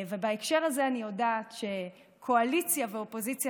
ובהקשר הזה אני יודעת שקואליציה ואופוזיציה,